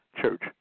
church